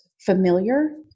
familiar